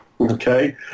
okay